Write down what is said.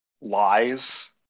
lies